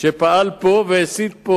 שפעל פה והסית.